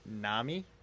NAMI